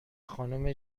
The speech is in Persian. خانم